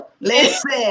Listen